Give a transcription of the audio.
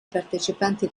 partecipanti